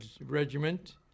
regiment